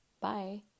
Bye